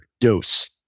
Dose